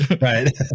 right